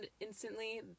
instantly